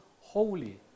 holy